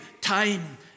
time